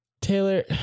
Taylor